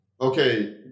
okay